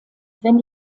wenn